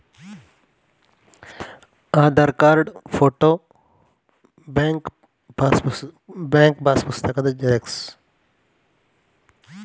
Online ನಲ್ಲಿ ಕಟ್ಟಡ ಕಾರ್ಮಿಕರಿಗೆ ಅರ್ಜಿ ಹಾಕ್ಲಿಕ್ಕೆ ಏನೆಲ್ಲಾ ಡಾಕ್ಯುಮೆಂಟ್ಸ್ ಕೊಡ್ಲಿಕುಂಟು?